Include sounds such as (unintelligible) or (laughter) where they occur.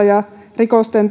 (unintelligible) ja rikosten (unintelligible)